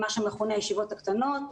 מה שמכונה הישיבות הקטנות,